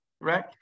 right